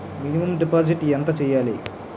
Minimum deposit ఎంత చెయ్యాలి?